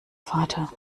vater